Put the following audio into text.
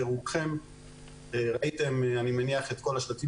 ואני מניח שרובכם ראיתם את כל השלטים